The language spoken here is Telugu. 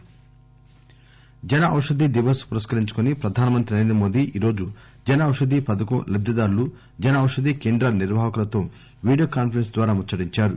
పిఎం జన ఔషధీ దివస్ పురస్కరించుకొని ప్రధాన మంత్రి నరేంద్ర మోదీ ఈ రోజు జన ఔషధీ పథకం లబ్దిదారులు జన ఔషధీ కేంద్రాల నిర్వాహకులతో వీడియో కాన్సరెన్స్ ద్వారా ముచ్చటించారు